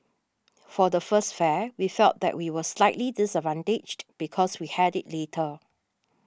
for the first fair we felt that we were slightly disadvantaged because we had it later